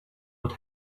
not